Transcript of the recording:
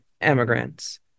immigrants